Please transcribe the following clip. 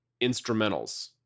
instrumentals